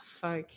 Fuck